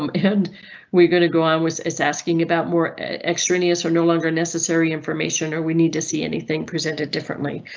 um and we're going to go on with is asking about more extraneous or no longer necessary information, or we need to see anything presented differently,